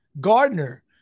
Gardner